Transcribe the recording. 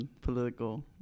political